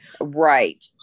right